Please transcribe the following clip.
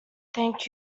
thank